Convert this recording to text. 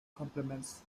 complements